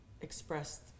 expressed